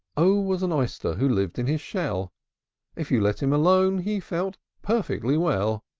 o was an oyster, who lived in his shell if you let him alone, he felt perfectly well.